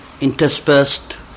interspersed